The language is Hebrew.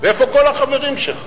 ואיפה כל החברים שלך?